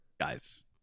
Guys